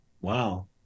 Wow